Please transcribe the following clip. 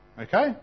Okay